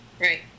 right